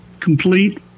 Complete